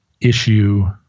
issue